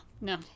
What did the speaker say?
no